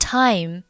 time